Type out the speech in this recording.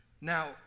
Now